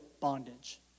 bondage